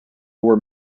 were